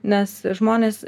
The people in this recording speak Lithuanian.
nes žmonės